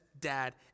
dad